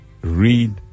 Read